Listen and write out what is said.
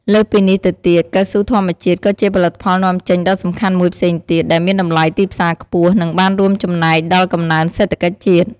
លើសពីនេះទៅទៀត កៅស៊ូធម្មជាតិ ក៏ជាផលិតផលនាំចេញដ៏សំខាន់មួយផ្សេងទៀត ដែលមានតម្លៃទីផ្សារខ្ពស់ និងបានរួមចំណែកដល់កំណើនសេដ្ឋកិច្ចជាតិ។